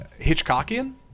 Hitchcockian